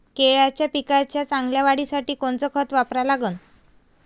केळाच्या पिकाच्या चांगल्या वाढीसाठी कोनचं खत वापरा लागन?